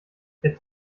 wer